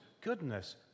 goodness